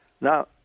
Now